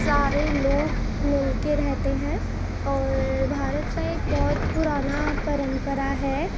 سارے لوگ مل کے رہتے ہیں اور بھارت کا ایک بہت پرانا پرمپرا ہے